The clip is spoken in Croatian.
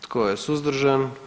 Tko je suzdržan?